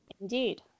Indeed